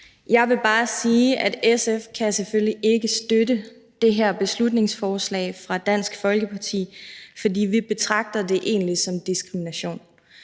Jeg vil bare sige, at SF selvfølgelig ikke kan støtte det her beslutningsforslag fra Dansk Folkeparti, for vi betragter det egentlig som diskrimination.